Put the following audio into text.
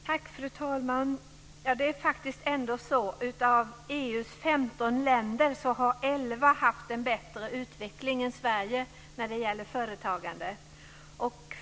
Fru talman! Det är faktiskt ändå så att av EU:s 15 länder har 11 haft en bättre utveckling än Sverige när det gäller företagande.